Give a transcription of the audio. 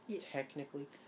technically